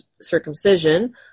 circumcision